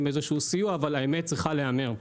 איזה שהוא סיוע אבל האמת צריכה להיאמר: